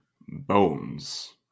bones